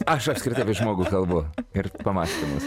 aš apskritai apie žmogų kalbu ir pamąstymus